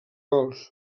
gols